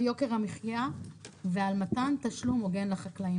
על יוקר המחיה ועל מתן תשלום הוגן לחקלאים,